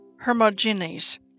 Hermogenes